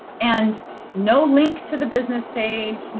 and no link to the business page.